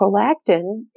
prolactin